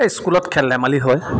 এই স্কুলত খেল ধেমালি হয়